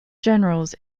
generals